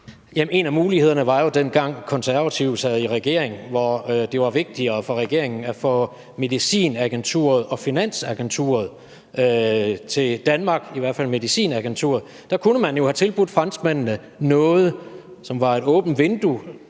jo en mulighed, dengang Konservative sad i regering, hvor det var vigtigere for regeringen at få medicinagenturet og finansagenturet til Danmark – i hvert fald medicinagenturet. Dér kunne man jo have tilbudt franskmændene det. Det var et åbent vindue,